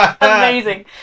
Amazing